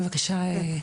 בבקשה.